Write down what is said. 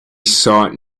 sought